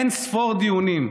אין ספור דיונים.